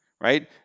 right